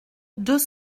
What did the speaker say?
deux